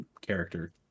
character